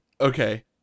okay